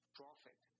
profit